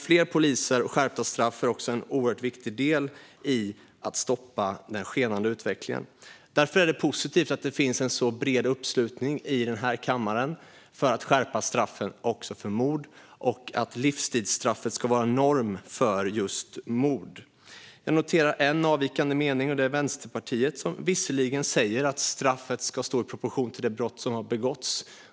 Fler poliser och skärpta straff är en oerhört viktig del i att stoppa den skenande utvecklingen. Därför är det positivt att det finns en så bred uppslutning här i kammaren för att skärpa straffen också för mord och för att livstidsstraffet ska vara norm för just mord. Jag noterar en avvikande mening, och det är från Vänsterpartiet, som visserligen säger att straffet ska stå i proportion till det brott som begåtts.